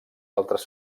altres